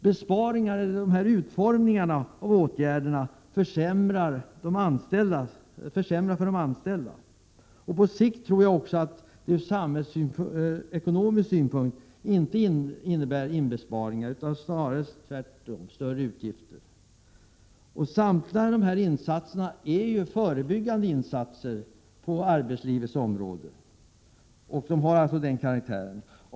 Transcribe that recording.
De föreslagna utformningarna av åtgärderna försämrar för de anställda. Jag tror att de ur samhällsekonomisk synpunkt inte på sikt innebär besparingar utan snarare tvärtom större utgifter. Samtliga dessa åtgärder avser förebyggande insatser på arbetslivets område. Herr talman!